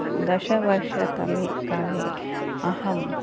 दशवर्षतमे काले अहम्